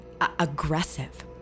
Aggressive